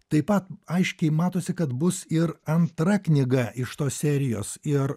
taip pat aiškiai matosi kad bus ir antra knyga iš tos serijos ir